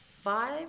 five